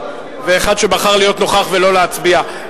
ואחד שבחר להיות נוכח ולא להצביע.